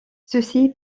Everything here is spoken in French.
ceci